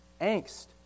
angst